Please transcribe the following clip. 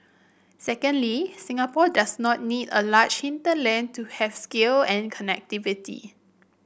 secondly Singapore does not need a large hinterland to have scale and connectivity